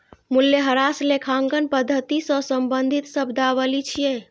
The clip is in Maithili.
मूल्यह्रास लेखांकन पद्धति सं संबंधित शब्दावली छियै